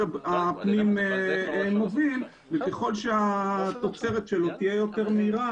הפנים מוביל וככל שהתוצרת שלו תהיה יותר מהירה,